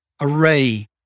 array